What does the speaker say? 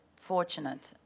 fortunate